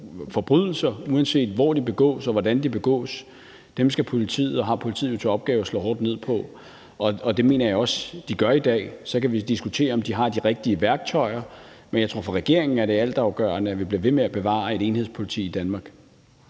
forbrydelser, uanset hvor de begås, og hvordan de begås, har politiet jo til opgave at slå hårdt ned på, og det mener jeg også de gør i dag. Så kan vi diskutere, om de har de rigtige værktøjer til det, men jeg tror, at det for regeringen er altafgørende, at vi bliver ved med at bevare et enhedspoliti i Danmark.